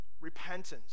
Repentance